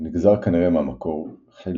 נגזר כנראה מהמקור "חילת",